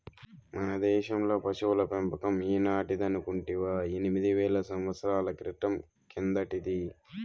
మన దేశంలో పశుల పెంపకం ఈనాటిదనుకుంటివా ఎనిమిది వేల సంవత్సరాల క్రితం కిందటిది